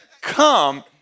come